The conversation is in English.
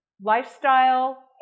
lifestyle